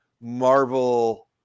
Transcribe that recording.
Marvel